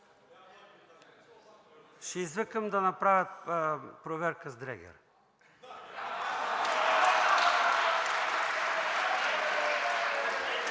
Ще извикам да направят проверка с дрегер.